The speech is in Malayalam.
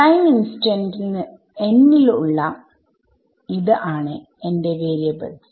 ടൈം ഇൻസ്റ്റന്റ് n ൽ ഉള്ള ആണ് എന്റെ വരിയബിൾസ്